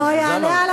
חלילה.